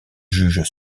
juge